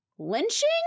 Lynching